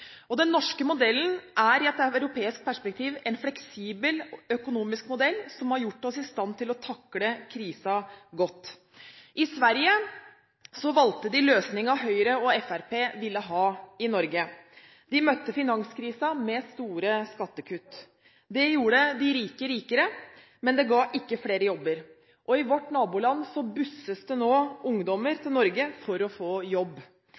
Den norske modellen er i et europeisk perspektiv en fleksibel økonomisk modell som har gjort oss i stand til å takle krisen godt. I Sverige valgte de løsningen Høyre og Fremskrittspartiet ville ha i Norge. De møtte finanskrisen med store skattekutt. Det gjorde de rike rikere, men det ga ikke flere jobber. I vårt naboland busses det nå ungdommer til Norge for å få jobb.